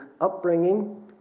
upbringing